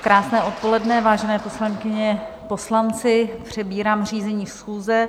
Krásné odpoledne, vážené poslankyně, poslanci, přebírám řízení schůze.